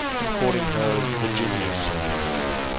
and calling her virginia something or other,